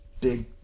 Big